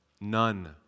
none